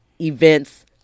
events